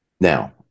Now